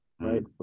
right